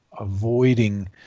avoiding